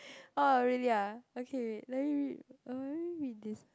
oh really ah okay let me read oh wait let me read this